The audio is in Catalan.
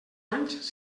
anys